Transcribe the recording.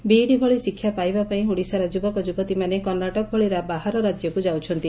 BEd ଭଳି ଶିକ୍ଷା ପାଇବା ପାଇଁ ଓଡ଼ିଶାର ଯୁବକ ଯୁବତୀମାନେ କର୍ଷାଟକ ଭଳି ବାହାର ରାଜ୍ୟକୁ ଯାଉଛନ୍ତି